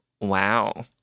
wow